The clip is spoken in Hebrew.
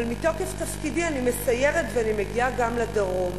אבל מתוקף תפקידי אני מסיירת ומגיעה גם לדרום.